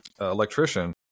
electrician